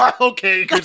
Okay